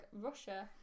Russia